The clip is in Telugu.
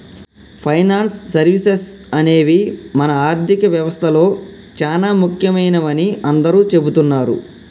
ఫైనాన్స్ సర్వీసెస్ అనేవి మన ఆర్థిక వ్యవస్తలో చానా ముఖ్యమైనవని అందరూ చెబుతున్నరు